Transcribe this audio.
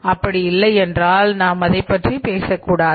அப்படி இல்லை என்றால் நாம் அதைப் பற்றி பேசக்கூடாது